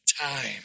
time